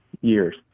years